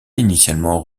initialement